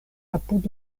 apud